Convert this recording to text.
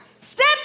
Step